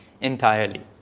entirely